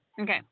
Okay